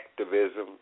activism